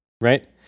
Right